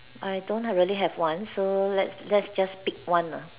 I don't really have one so let's let's just pick one ah